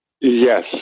Yes